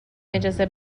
اجازه